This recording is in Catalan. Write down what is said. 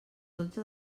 dotze